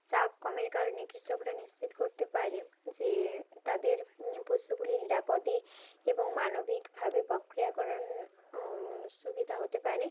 চাপ কমের কারণে কৃষকরা নিশ্চিত করতে পারে যে তাদের পশুগুলি নিরাপদে এবং মানবিকভাবে পক্রিয়াকরণ সুবিধা হতে পারে